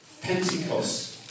Pentecost